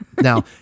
Now